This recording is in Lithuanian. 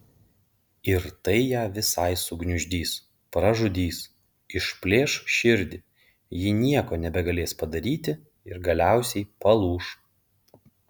ir tai ją visai sugniuždys pražudys išplėš širdį ji nieko nebegalės padaryti ir galiausiai palūš